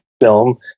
film